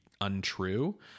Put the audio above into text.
untrue